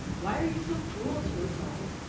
why are you so cruel to us all?